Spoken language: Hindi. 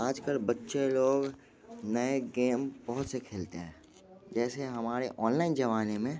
आज कल बच्चे लोग नए गेम बहुत से खेलते हैं जैसे हमारे ऑनलाइन जमाने में